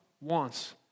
wants